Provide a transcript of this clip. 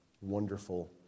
wonderful